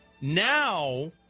Now